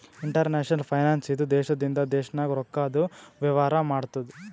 international finance ಇದು ದೇಶದಿಂದ ದೇಶ ನಾಗ್ ರೊಕ್ಕಾದು ವೇವಾರ ಮಾಡ್ತುದ್